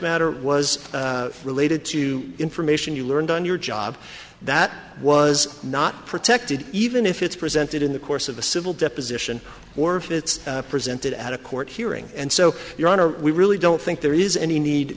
matter was related to information you learned on your job that was not protected even if it's presented in the course of a civil deposition or if it's presented at a court hearing and so your honor we really don't think there is any need